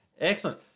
Excellent